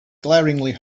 glaringly